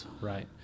right